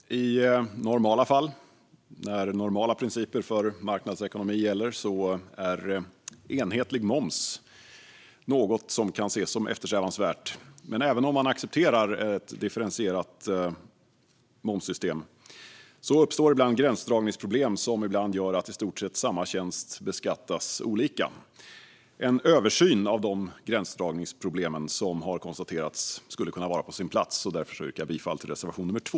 Fru talman! I normala fall, när normala principer för marknadsekonomi gäller, är enhetlig moms något som kan ses som eftersträvansvärt. Men även om man accepterar ett differentierat momssystem uppstår ibland gränsdragningsproblem som gör att i stort sett samma tjänst beskattas olika. En översyn av de gränsdragningsproblem som har konstaterats skulle kunna vara på sin plats. Därför yrkar jag bifall till reservation nr 2.